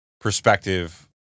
perspective